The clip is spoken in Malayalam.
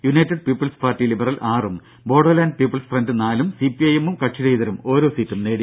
യുണൈറ്റഡ് പീപ്പിൾസ് പാർട്ടി ലിബറൽ ആറും ബോഡോലാന്റ് പീപ്പിൾസ് ഫ്രന്റ് നാലും സിപിഐഎമ്മും കക്ഷി രഹിതരും ഓരോ സീറ്റും നേടി